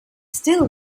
still